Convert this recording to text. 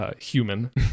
Human